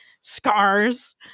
scars